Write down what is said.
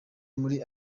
muri